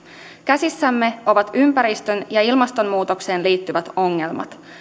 käsissämme ovat ympäristön ja ilmastonmuutokseen liittyvät ongelmat